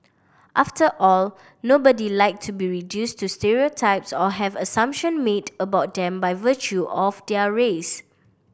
after all nobody like to be reduced to stereotypes or have assumption made about them by virtue of their race